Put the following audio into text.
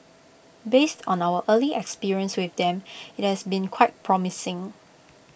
based on our early experience with them it's been quite promising